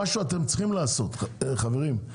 משהו אתם צריכים לעשות, חברים.